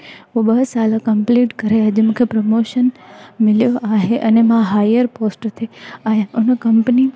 हो ॿ साल कंप्लीट करे अॼु मूंखे प्रमोशन मिलियो आहे अने मां हायर पोस्ट ते आहियां उन कंपनी